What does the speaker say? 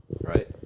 right